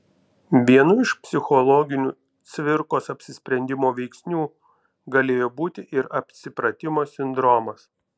vienu iš psichologinių cvirkos apsisprendimo veiksnių galėjo būti ir apsipratimo sindromas